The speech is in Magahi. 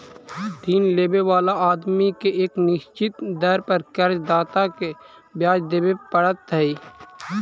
ऋण लेवे वाला आदमी के एक निश्चित दर पर कर्ज दाता के ब्याज देवे पड़ऽ हई